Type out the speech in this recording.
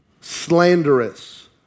slanderous